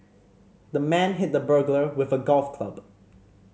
the man hit the burglar with a golf club